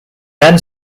then